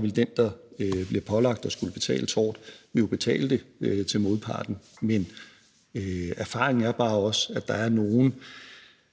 ville den, der bliver pålagt at skulle betale tort, jo betale det til modparten. Men erfaringen er også bare, at der er nogle